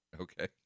okay